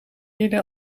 jullie